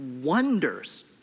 wonders